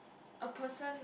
a person